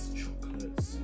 chocolates